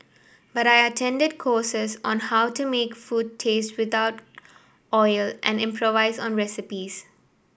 but I attended courses on how to make food taste without oil and improvise on recipes